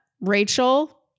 Rachel